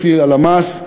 לפי הלמ"ס,